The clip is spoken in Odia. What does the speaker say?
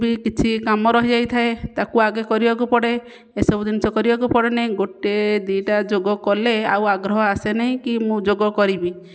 ବି କିଛି କାମ ରହି ଯାଇଥାଏ ତାକୁ ଆଗେ କରିବାକୁ ପଡ଼େ ଏସବୁ ଜିନିଷ କରିବାକୁ ପଡ଼େନାହିଁ ଗୋଟେ ଦୁଇଟା ଯୋଗ କଲେ ଆଉ ଆଗ୍ରହ ଆସେ ନାହିଁ କି ମୁଁ ଯୋଗ କରିବି